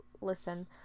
Listen